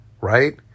right